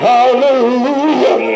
Hallelujah